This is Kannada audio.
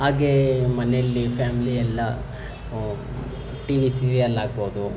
ಹಾಗೆ ಮನೆಯಲ್ಲಿ ಫ್ಯಾಮ್ಲಿ ಎಲ್ಲ ಟಿ ವಿ ಸೀರಿಯಲ್ ಆಗ್ಬೋದು